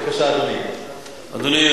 בבקשה, אדוני.